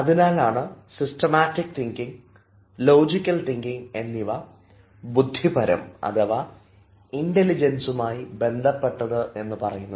അതിനാലാണ് systematic thinking logical thinking എന്നിവ ബുദ്ധിപരം അഥവാ ഇൻറലിജൻസുമായി ബന്ധപ്പെട്ടത് എന്ന് പറയുന്നത്